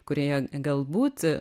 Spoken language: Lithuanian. kuri galbūt